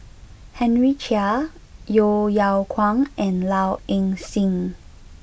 Henry Chia Yeo Yeow Kwang and Low Ing Sing